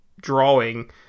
drawing